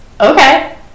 Okay